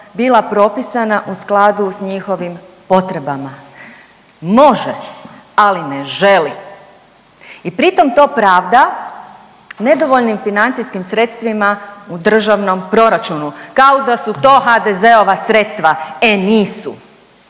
bila propisana u skladu s njihovim potrebama. Može, ali ne želi! I pritom to pravda nedovoljnim financijskim sredstvima u državnom proračunu, kao da su to HDZ-ova sredstva. E nisu!